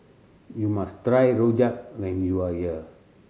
you must try rojak when you are here